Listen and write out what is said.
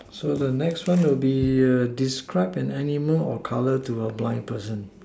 so the next one will be describe an animal or colour to a blind person